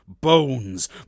Bones